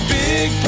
big